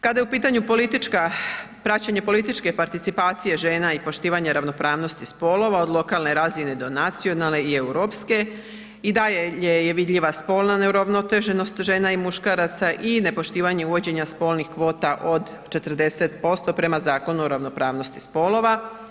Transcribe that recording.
Kada je u pitanju praćenje političke participacije žena i poštovanje ravnopravnosti spolova od lokalne razine do nacionalne i europske i dalje je vidljiva spolna neuravnoteženost žena i muškaraca i nepoštivanje uvođenja spolnih kvota od 40% prema Zakonu o ravnopravnosti spolova.